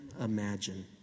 imagine